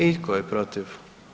I tko je protiv?